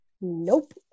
Nope